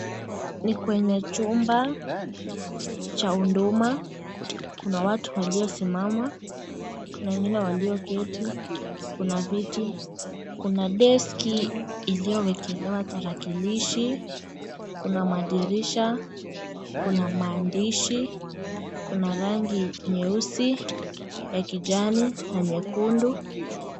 Ni kwenye chumba cha huduma, kuna watu waliosimama, kuna wengine walioketi, kuna viti, kuna deski iliyowekelewa tarakilishi, kuna madirisha, kuna maandishi, kuna rangi nyeusi, ya kijani na nyekundu.